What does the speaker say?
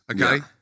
Okay